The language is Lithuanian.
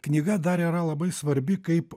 knyga dar yra labai svarbi kaip